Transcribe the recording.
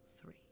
three